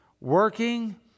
working